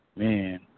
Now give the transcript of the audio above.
Man